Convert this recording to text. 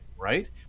right